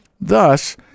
Thus